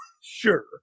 Sure